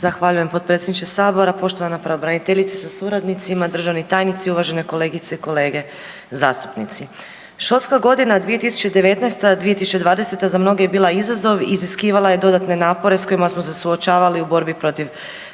Zahvaljujem potpredsjedniče Sabora, poštovana pravobraniteljice sa suradnicima, državni tajnici, uvažene kolegice i kolege zastupnici. Školska godina 2019./2020. za mnoge je bila izazov, iziskivala je dodatne napore sa kojima smo se suočavali u borbi protiv